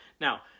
now